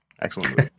excellent